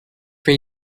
for